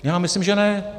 Já myslím, že ne.